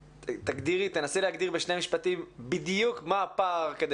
תנסי להגדיר בשני משפטים בדיוק מה הפער כדי